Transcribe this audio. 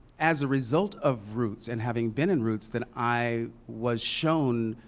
as a result of roots and having been in roots that i was shown,